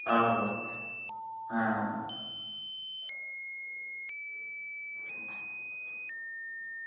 आहो आं